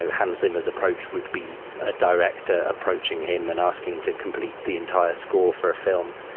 hans zimmer s approach would be ah direct ah approaching him and asking to complete the entire score for a film.